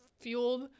fueled